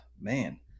man